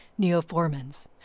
neoformans